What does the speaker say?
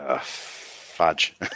Fudge